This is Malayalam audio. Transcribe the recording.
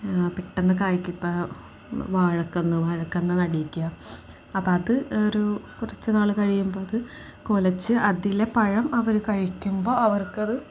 പെട്ടെന്നു കായ്ക്കുന്ന വാഴക്കന്ന് വാഴക്കന്ന് നടിയിക്കുക അപ്പം അത് ഒരു കുറച്ചു നാൾ കഴിയുമ്പോൾ അത് കുലച്ച് അതിലെ പഴം അവർ കഴിക്കുമ്പോൾ അവർക്കത്